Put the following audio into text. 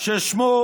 ששמו